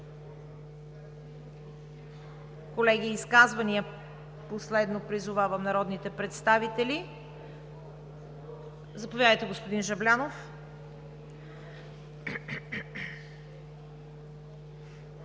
Колеги, изказвания – последно призовавам народните представители. Заповядайте, господин Жаблянов.